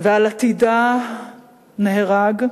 ועל עתידה נהרג,